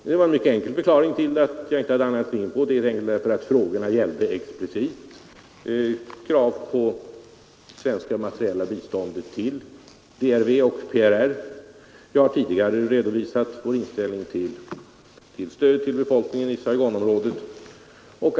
Det finns en mycket enklare förklaring till att jag inte gav mig in på det, nämligen att frågorna explicit gällde svenskt materiellt bistånd till DRV och PRR. Jag har tidigare redogjort för vår inställning till stöd till befolkningen i Saigonområdet.